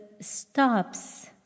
stops